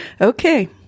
okay